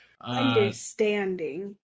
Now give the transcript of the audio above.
Understanding